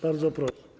Bardzo proszę.